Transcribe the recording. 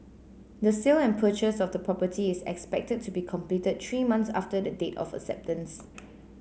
the sale and purchase of the property is expected to be completed three months after the date of acceptance